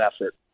effort